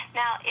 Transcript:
now